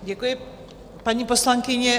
Děkuji, paní poslankyně.